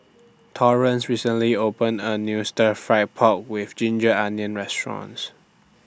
Torrence recently opened A New Stir Fried Pork with Ginger Onions Restaurant